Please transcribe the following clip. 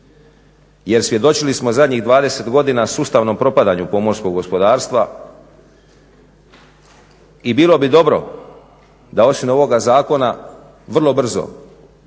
Jer svjedočili smo zadnjih 20 godina sustavnom propadanju pomorskog gospodarstva i bilo bi dobro da osim ovoga zakona vrlo brzo